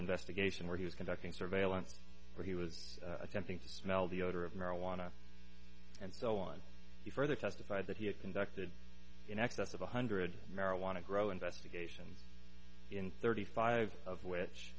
investigation where he was conducting surveillance where he was attempting to smell the odor of marijuana and so on he further testified that he had conducted in excess of one hundred marijuana grow investigation in thirty five of which